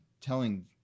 telling